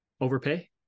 Overpay